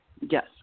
Yes